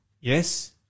Yes